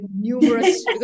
numerous